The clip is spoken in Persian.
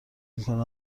میکنم